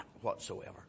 whatsoever